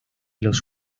los